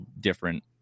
different